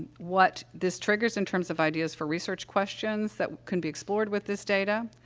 what this triggers in terms of ideas for research questions that can be explored with this data,